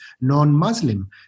non-Muslim